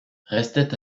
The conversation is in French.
restait